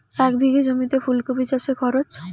এক বিঘে জমিতে ফুলকপি চাষে খরচ?